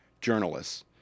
journalists